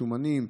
שומנים.